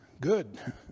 good